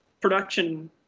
production